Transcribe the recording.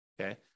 Okay